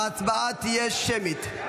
ההצבעה תהיה שמית.